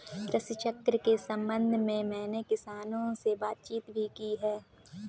कृषि चक्र के संबंध में मैंने किसानों से बातचीत भी की है